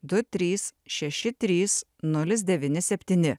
du trys šeši trys nulis devyni septyni